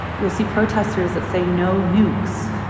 you'll see protesters that say no nukes.